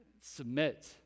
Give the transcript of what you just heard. Submit